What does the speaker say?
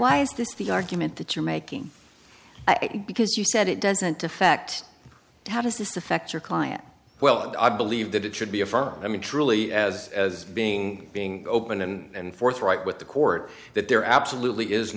why is this the argument that you're making because you said it doesn't affect how does this affect your client well i believe that it should be affirmed i mean truly as as being being open and forthright with the court that there absolutely is